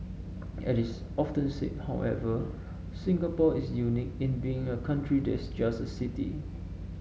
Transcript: at is often said however Singapore is unique in being a country that's just a city